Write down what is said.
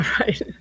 Right